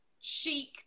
chic